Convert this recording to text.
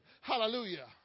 Hallelujah